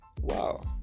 Wow